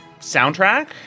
soundtrack